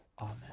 Amen